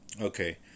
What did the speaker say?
Okay